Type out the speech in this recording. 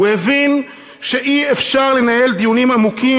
הוא הבין שאי-אפשר לנהל דיונים עמוקים